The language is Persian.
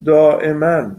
دائما